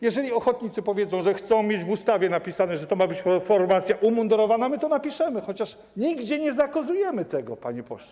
Jeżeli ochotnicy powiedzą, że chcą mieć w ustawie napisane, że to ma być formacja umundurowana, to my to napiszemy, chociaż nigdzie nie zakazujemy tego, panie pośle.